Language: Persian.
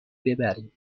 ببریم